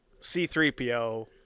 C3PO